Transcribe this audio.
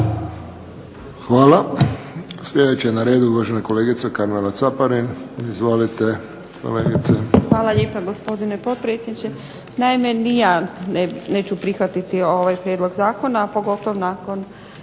Hvala. Sljedeća na redu je uvažena kolegica Karmela Caparin. Izvolite, kolegice. **Caparin, Karmela (HDZ)** Hvala lijepa, gospodine potpredsjedniče. Naime, ni ja neću prihvatiti ovaj prijedlog zakona, pogotovo nakon